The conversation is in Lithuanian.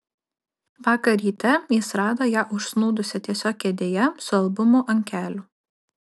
vakar ryte jis rado ją užsnūdusią tiesiog kėdėje su albumu ant kelių